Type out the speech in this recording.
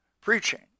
preaching